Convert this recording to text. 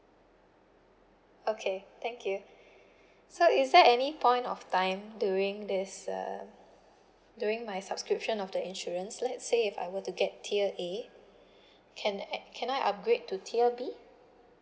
okay thank you so is there any point of time during this uh during my subscription of the insurance let's say if I were to get tier A can ad~ can I upgrade to tier B